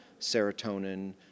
serotonin